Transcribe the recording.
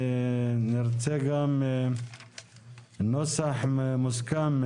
נרצה גם נוסח מוסכם,